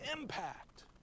impact